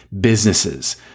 businesses